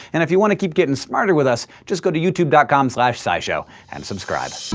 and if you want to keep getting smarter with us, just go to youtube dot com slash scishow and subscribe.